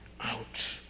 out